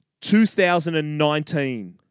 2019